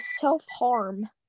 self-harm